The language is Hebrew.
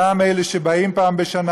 גם אלה שבאים פעם בשנה,